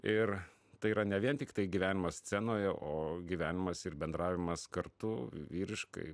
ir tai yra ne vien tiktai gyvenimas scenoje o gyvenimas ir bendravimas kartu vyriškai